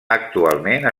actualment